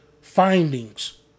findings